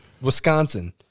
Wisconsin